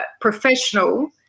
professional